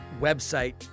website